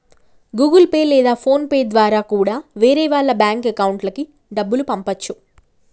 Google Pay లేదా PhonePe ద్వారా కూడా వేరే వాళ్ళ బ్యేంకు అకౌంట్లకి డబ్బుల్ని పంపచ్చు